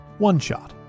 OneShot